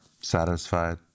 satisfied